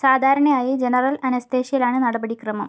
സാധാരണയായി ജനറൽ അനസ്തേഷ്യയിലാണ് നടപടി ക്രമം